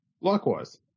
Likewise